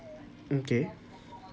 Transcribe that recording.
okay